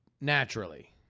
naturally